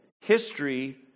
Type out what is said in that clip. History